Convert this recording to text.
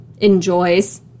enjoys